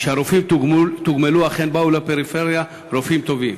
כשהרופאים תוגמלו, אכן באו לפריפריה רופאים טובים.